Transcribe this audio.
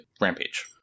Rampage